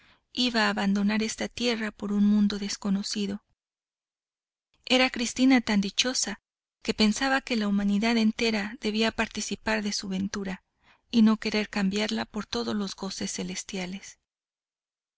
iba a abandonar esta tierra por un mundo desconocido era cristina tan dichosa que pensaba que la humanidad entera debía participar de su ventura y no querer cambiarla por todos los goces celestiales